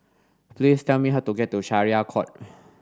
please tell me how to get to Syariah Court